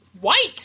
White